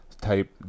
type